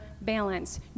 balance